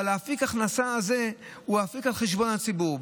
אבל אפיק ההכנסה הזה הוא אפיק על חשבון הציבור,